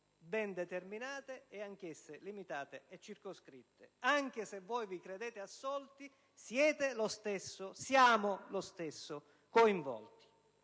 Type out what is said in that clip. ben determinate e anch'esse limitate e circoscritte. «Anche se voi vi credete assolti siete» (e siamo) «lo stesso coinvolti».